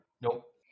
Nope